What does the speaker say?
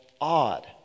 odd